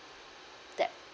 that